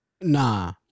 Nah